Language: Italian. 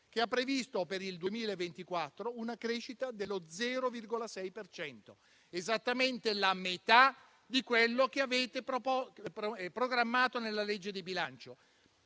che ha previsto per il 2024 una crescita dello 0,6 per cento, esattamente la metà di quello che avete programmato nel disegno di legge di bilancio.